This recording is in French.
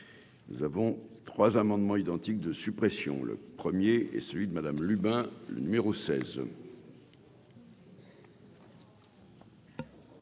nous avons trois amendements identiques de suppression, le 1er est celui de Madame Lubin, le numéro 16.